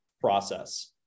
process